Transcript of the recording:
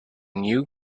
new